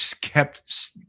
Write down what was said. kept